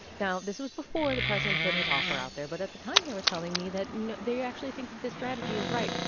now, this was before the president put his offer out there. but at the time, they were telling me that they actually think that this strategy is right.